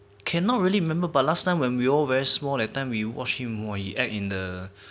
cannot really remember but last time when we all were very small that time you watch him !wah! act in the